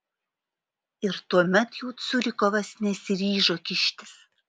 ir tuomet jau curikovas nesiryžo kištis